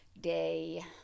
day